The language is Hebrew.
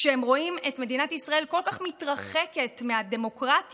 כשהם רואים את מדינת ישראל מתרחקת כל כך מהדמוקרטיה,